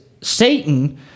Satan